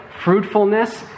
fruitfulness